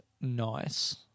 nice